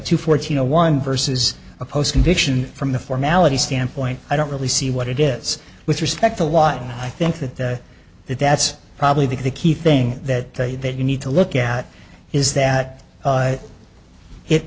two fourteen a one versus a post conviction from the formality standpoint i don't really see what it is with respect to why i think that that that that's probably the key thing that that you need to look at is that